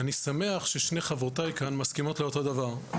אני שמח ששתי חברותיי כאן מסכימות על אותו דבר.